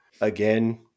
again